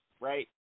right